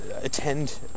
attend